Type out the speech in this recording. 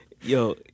yo